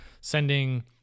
sending